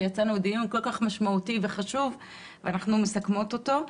שהיה לנו דיון כל כך משמעותי וחשוב ואנחנו מסכמות אותו.